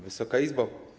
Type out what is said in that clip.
Wysoka Izbo!